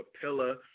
pillar